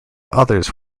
others